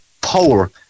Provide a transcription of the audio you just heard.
power